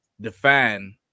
define